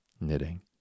knitting